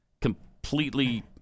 Completely